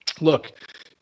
look